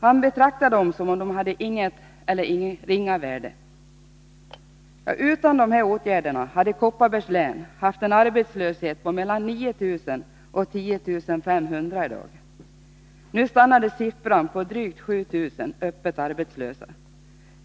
Han betraktar dem som om de hade inget eller ringa värde. Utan dessa åtgärder hade Kopparbergs län haft en arbetslöshet på mellan 9 000 och 10 500 personer i dag. Nu stannade siffran på drygt 7 000 öppet arbetslösa.